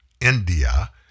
India